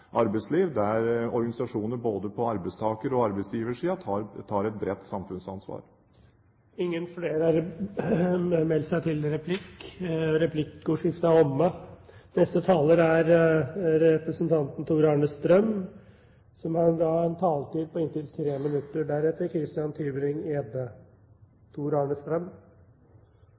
arbeidsliv, der organisasjoner både på arbeidstakersiden og på arbeidsgiversiden tar et bredt samfunnsansvar. Replikkordskiftet er omme. De talere som heretter får ordet, har en taletid på inntil 3 minutter.